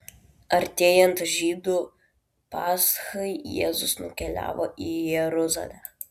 artėjant žydų paschai jėzus nukeliavo į jeruzalę